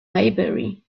maybury